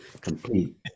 complete